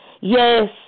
Yes